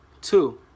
Two